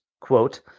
quote